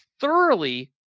thoroughly